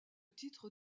titres